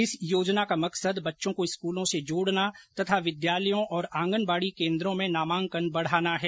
इस योजना का मकसद बच्चों को स्कूलों से जोड़ना तथा विद्यालयों और आंगनवाड़ी केन्द्रों में नामांकन बढ़ाना है